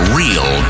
real